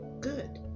good